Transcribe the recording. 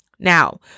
Now